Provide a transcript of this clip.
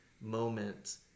moment